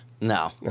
No